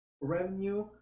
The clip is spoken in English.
revenue